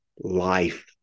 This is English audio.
life